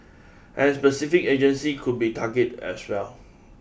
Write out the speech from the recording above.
and specific agencies could be targeted as well